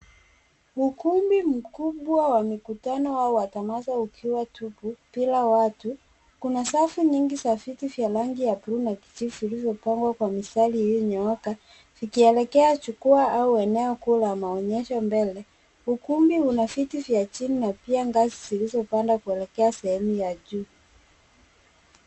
Ukumbi mkubwa wa mikutano au wa tamasha ukiwa tupu, bila watu. Kuna safu nyingi za viti vya rangi ya blue na kijivu zilizopangwa kwa mistari iliyonyooka vikielekea jukwaa au eneo kuu la maonyesho mbele. Ukumbi una viti vya chini na pia ngazi zilizopanda kuelekea sehemu ya juu.